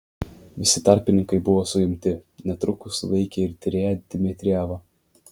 visi tarpininkai buvo suimti netrukus sulaikė ir tyrėją dmitrijevą